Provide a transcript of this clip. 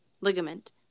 ligament